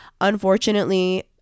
unfortunately